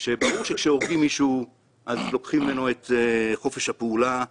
שברור שכשהורגים מישהו אנחנו לוקחים ממנו את חופש הפעולה,